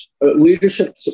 leadership